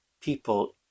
people